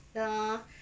uh